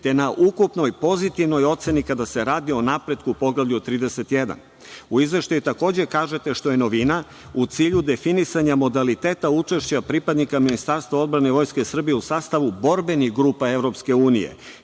te na ukupnoj pozitivnoj oceni kada se radi o napretku u poglavlju 31.U izveštaju takođe kažete, što je novina, u cilju definisanja modaliteta učešća pripadnika Ministarstva odbrane Vojske Srbije u sastavu borbenih grupa EU.